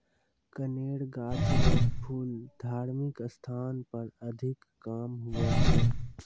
कनेर गाछ रो फूल धार्मिक स्थान पर अधिक काम हुवै छै